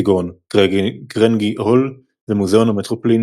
כגון קרנגי הול ומוזיאון המטרופוליטן